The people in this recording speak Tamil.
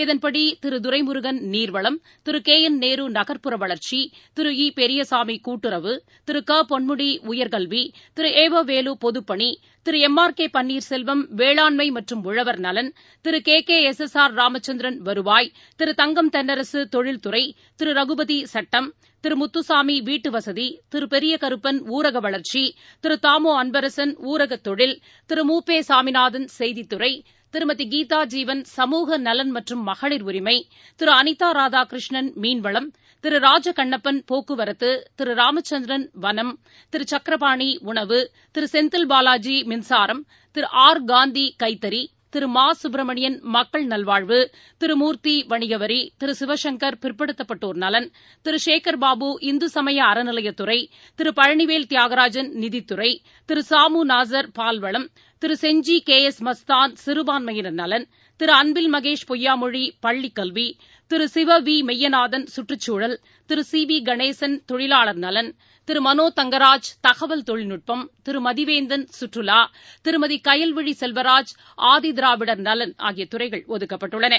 இதன்படி திருதுரைமுருகன் நீர்வளம் திருகேஎன் நேரு நகர்ப்புற வளர்ச்சி திரு இபெரியசாமி கூட்டுறவு திரு க பொன்முடி உயர்கல்வி திரு ஏ வ வேலு பொதுப்பணி திருளம் ஆர் கேபன்னீர்செல்வம் வேளாண்மைமற்றும் உழவர் நலன் திருகேகே எஸ் எஸ் ஆர் ராமச்சந்திரன் வருவாய் திரு தங்கம் தென்னரசு தொழில் துறை திருரகுபதி சுட்டம் திருமுத்துசாமி வீட்டுவசதி திருபெரியகருப்பன் ஊரகவளர்ச்சி திருதாமோஅன்பரசன் ஊரகதொழில் திரு மு பெசாமிநாதன் செய்தித்துறை திருமதிகீதா ஜீவன் சமூக நலன் மற்றும் மகளிர் உரிமை திருஅனிதாராதாகிருஷ்ணன் மீன்வளம் திருராஜகண்ணப்பன் போக்குவரத்து திருராமச்சந்திரன் வனம் திருசக்கரபாணி உணவு திருசெந்தில் பாலாஜி மின்சாரம் திருஆர் காந்தி கைத்தறி திருமாசுப்பிரமணியன் மக்கள் நல்வாழ்வு திருமூர்த்தி வணிகவரி திருசிவசங்கள் பிற்படுத்தப்பட்டோா் நலன் திருசேகர் பாபு இந்துசமயஅறநிலையத்துறை திருபழனிவேல் தியாகராஜன் நிதித்துறை திருசா மு நாசர் பால்வளம் திருசெஞ்சிகே எஸ் மஸ்தான் சிறுபான்மையினர் நலன் திருஅன்பில் மகேஷ் பொய்யாமொழி பள்ளிக்கல்வி திருசிவவீமெய்யநாதன் சுற்றுச்சுழல் திருசிவிகணேசன் தொழிலாளர் நலன் திருமனோ தங்கராஜ் தகவல் தொழில்நுட்பம் திருமதிவேந்தன் சுற்றுலா திருமதிகயல்விழிசெல்வராஜ் ஆதிதிராவிடர் நலன் ஆகியதுறைகள் ஒதுக்கப்பட்டுள்ளன